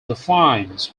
defines